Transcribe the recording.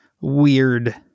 weird